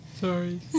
Sorry